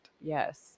Yes